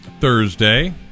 thursday